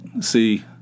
see